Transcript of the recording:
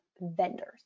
vendors